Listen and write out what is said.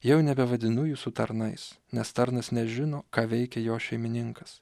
jau nebevadinu jūsų tarnais nes tarnas nežino ką veikia jo šeimininkas